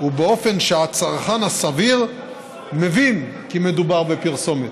ובאופן שהצרכן הסביר מבין כי מדובר בפרסומת.